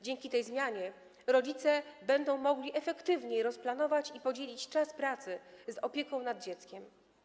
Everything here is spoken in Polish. Dzięki tej zmianie rodzice będą mogli efektywniej rozplanować i podzielić czas pracy i czas opieki nad dzieckiem.